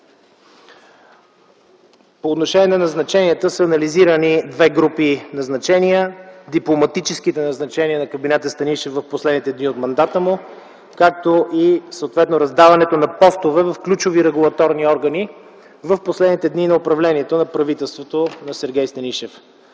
По отношение на назначенията са анализирани две групи назначения – дипломатическите назначения на кабинета Станишев в последните дни от мандата му, както и съответно раздаването на постове в ключови регулаторни органи в последните дни на управлението на правителството на Сергей Станишев.